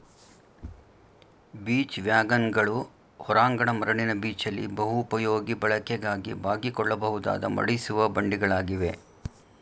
beach ವ್ಯಾಗನ್ಗಳು ಹೊರಾಂಗಣ ಮರಳಿನ ಬೀಚಲ್ಲಿ ಬಹುಪಯೋಗಿ ಬಳಕೆಗಾಗಿ ಬಾಗಿಕೊಳ್ಳಬಹುದಾದ ಮಡಿಸುವ ಬಂಡಿಗಳಾಗಿವೆ